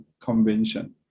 Convention